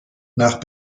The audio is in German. nach